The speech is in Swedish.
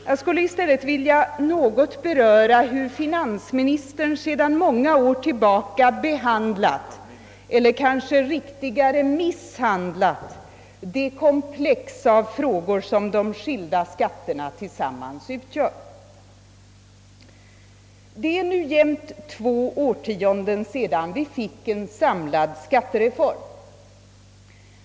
Jag skulle i stället vilja något beröra det sätt på vilket finansministern sedan många år tillbaka behandlar, eller kanske riktigare, misshandlar det komplex av frågor som de olika skatterna tillsammans utgör. Det är nu jämnt två årtionden sedan det genomfördes en samlad skattereform.